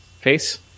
Face